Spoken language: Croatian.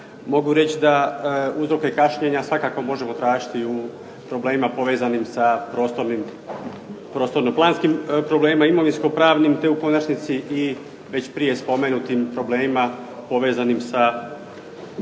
Mogu reći da uzroke kašnjenja svakako možemo tražiti u problemima povezanim sa prostorno-planskim problemima, imovinsko-pravnim, te u konačnici i već prije spomenutim problemima povezanim sa